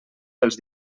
pels